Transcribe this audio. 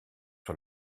sur